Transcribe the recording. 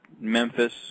Memphis